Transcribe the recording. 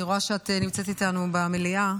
אני רואה שאת נמצאת איתנו במליאה,